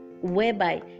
whereby